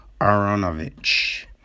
Aronovich